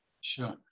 Sure